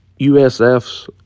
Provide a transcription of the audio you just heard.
USF's